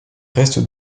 reste